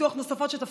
זאת אומרת,